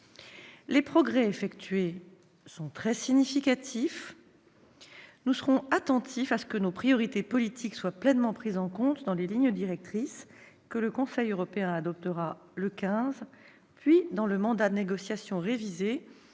Les progrès effectués sont très significatifs. Nous serons extrêmement attentifs à ce que nos priorités politiques soient pleinement prises en compte dans les lignes directrices que le Conseil européen adoptera le 15 décembre, puis dans le mandat de négociation révisé